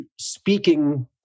speaking